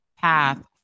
path